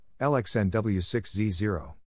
LXNW6Z0